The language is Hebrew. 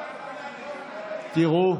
תראו,